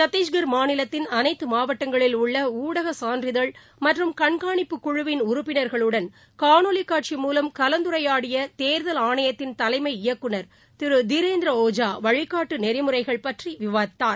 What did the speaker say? சத்தீஸ்கர் மாநிலத்தின் அனைத்தமாவட்டங்களில் உள்ளஊடகசான்றிதழ் மற்றும் கண்காணிப்பு குழுவின் உறுப்பினர்களுடன் காணொலிக் காட்சி மூலம் கலந்துரையாடியதேர்தல் ஆணையத்தின் தலைமை இயக்குநர் திருதீரேந்திரஒஜாவழிகாட்டுநெறிமுறைகள் பற்றிவிவரித்தார்